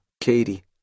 Katie